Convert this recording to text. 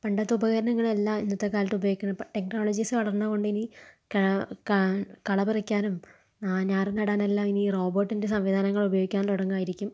പണ്ടത്തെ ഉപകരണങ്ങൾ അല്ല ഇന്നത്തെ കാലത്ത് ഉപയോഗിക്കണത് പ ടെക്നോളജീസ് വളർന്നകൊണ്ട് ഇനി ക ക കളപറിക്കാനും ഞാറുനടാനെല്ലാ ഇനി റോബോർട്ടിന്റെ സംവിധാനങ്ങൾ ഉപയോഗിക്കാൻ തുടങ്ങുമായിരിക്കും